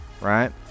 Right